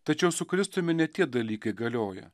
tačiau su kristumi ne tie dalykai galioja